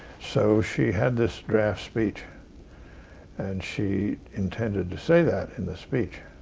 so she had this draft speech and she intended to say that in the speech